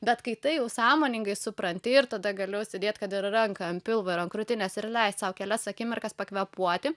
bet kai tai jau sąmoningai supranti ir tada galiu sėdėti kad ranką ant pilvo ir ant krūtinės ir leist sau kelias akimirkas pakvėpuoti